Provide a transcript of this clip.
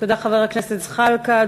תודה לחבר הכנסת זחאלקה.